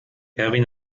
erwin